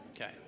Okay